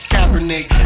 Kaepernick